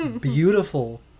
beautiful